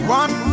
one